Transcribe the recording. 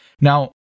Now